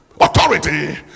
authority